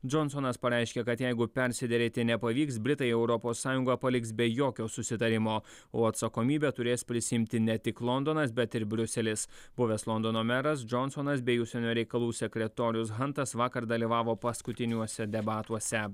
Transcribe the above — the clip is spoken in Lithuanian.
džonsonas pareiškė kad jeigu persiderėti nepavyks britai europos sąjungą paliks be jokio susitarimo o atsakomybę turės prisiimti ne tik londonas bet ir briuselis buvęs londono meras džonsonas bei užsienio reikalų sekretorius hantas vakar dalyvavo paskutiniuose debatuose